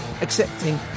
accepting